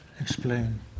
explain